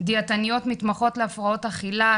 דיאטניות מתמחות להפרעות אכילה,